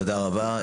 תודה רבה.